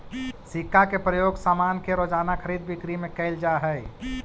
सिक्का के प्रयोग सामान के रोज़ाना खरीद बिक्री में कैल जा हई